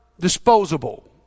Disposable